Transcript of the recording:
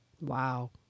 Wow